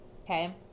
okay